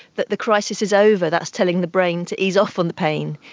that the crisis is over. that's telling the brain to ease off on the pain,